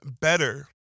better